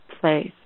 place